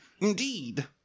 Indeed